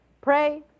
pray